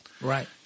Right